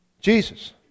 Jesus